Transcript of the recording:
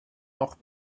noch